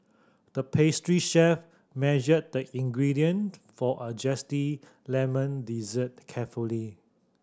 the pastry chef measured the ingredient for a zesty lemon dessert carefully